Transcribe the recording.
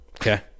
Okay